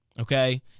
Okay